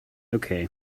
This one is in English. okay